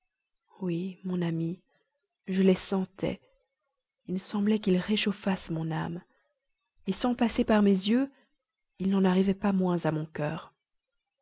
oui mon amie je les sentais il semblait qu'ils réchauffassent mon âme sans passer par mes yeux ils n'en arrivaient pas moins à mon cœur